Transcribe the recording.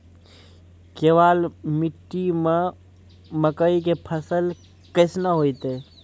केवाल मिट्टी मे मकई के फ़सल कैसनौ होईतै?